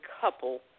couple